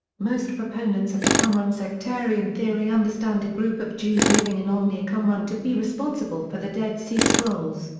most proponents of the qumran-sectarian theory understand a group of jews living in or near qumran to be responsible for the dead sea scrolls,